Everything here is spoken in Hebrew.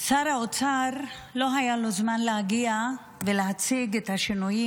לשר האוצר לא היה זמן להגיע ולהציג את השינויים